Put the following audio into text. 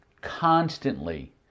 constantly